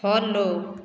follow